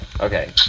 okay